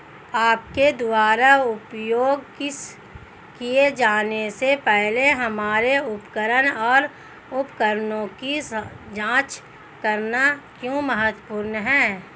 आपके द्वारा उपयोग किए जाने से पहले हमारे उपकरण और उपकरणों की जांच करना क्यों महत्वपूर्ण है?